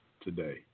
today